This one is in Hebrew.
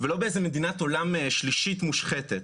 ולא באיזה מדינת עולם שלישי מושחתת.